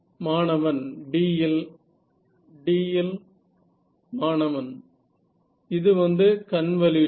மாணவன் D இல் D இல் மாணவன் இது வந்து கன்வல்யூஷன்